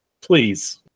Please